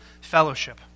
fellowship